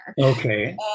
Okay